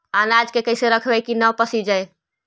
अनाज के कैसे रखबै कि न पसिजै?